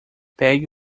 pegue